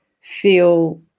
feel